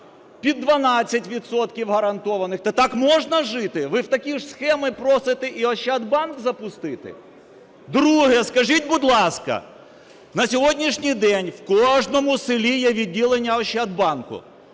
відсотків гарантованих. Та так можна жити. Ви в такі ж схеми просите і Ощадбанк запустити? Друге. Скажіть, будь ласка, на сьогоднішній день в кожному селі є відділення Ощадбанку.